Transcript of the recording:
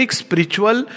spiritual